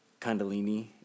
Kundalini